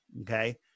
okay